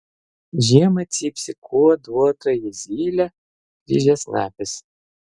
žiemą cypsi kuoduotoji zylė kryžiasnapis